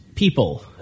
People